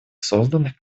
созданных